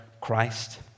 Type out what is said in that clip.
Christ